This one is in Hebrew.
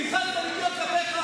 תרחץ בניקיון כפיך.